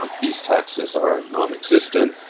um these taxes are nonexistent.